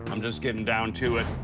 i'm just getting down to it.